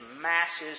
masses